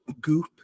goop